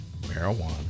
marijuana